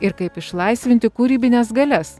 ir kaip išlaisvinti kūrybines galias